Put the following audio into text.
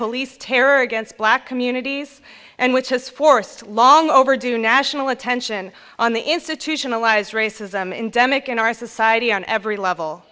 police terror against black communities and which has forced long overdue national attention on the institutionalized racism in demick in our society on every level